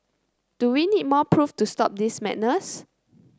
do we need more proof to stop this madness